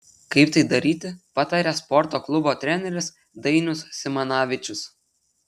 kaip tai daryti pataria sporto klubo treneris dainius simanavičius